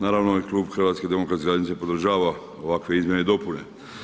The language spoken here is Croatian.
Naravno i Klub HDZ-a podržava ovakve izmjene i dopune.